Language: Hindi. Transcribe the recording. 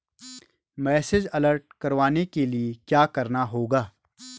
मैसेज अलर्ट करवाने के लिए क्या करना होगा?